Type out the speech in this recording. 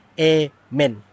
amen